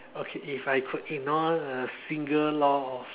okay if I could ignore a single law of